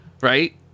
right